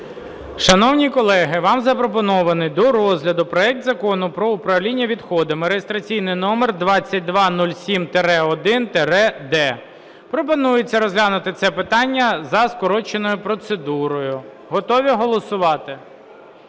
Шановні колеги, вам запропонований до розгляду проект Закону про управління відходами (реєстраційний номер 2207-1-д). Пропонується розглянути це питання за скороченою процедурою. Готові голосувати?